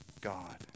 God